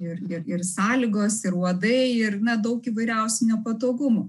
ir ir ir sąlygos ir uodai ir na daug įvairiausių nepatogumų